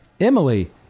Emily